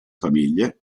famiglie